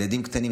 ילדים קטנים,